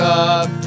up